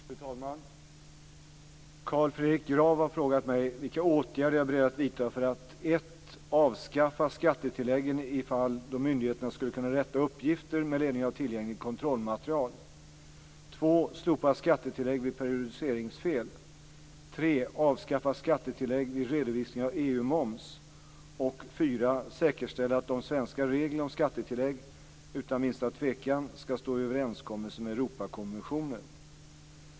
Fru talman! Carl Fredrik Graf har frågat mig vilka åtgärder jag är beredd att vidta för att: 1. avskaffa skattetilläggen i fall då myndigheterna skulle kunna rätta uppgifter med ledning av tillgängligt kontrollmaterial, 4. säkerställa att de svenska reglerna om skattetillägg, utan minsta tvekan, skall stå i överensstämmelse med Europakonventionen.